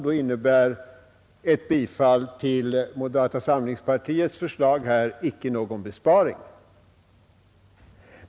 Då innebär ett bifall till moderata samlingspartiets förslag icke någon besparing.